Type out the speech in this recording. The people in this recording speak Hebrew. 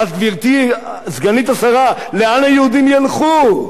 אז, גברתי סגנית השר, לאן היהודים ילכו?